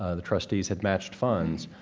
ah the trustees had matched funds.